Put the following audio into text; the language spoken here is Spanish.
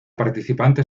participante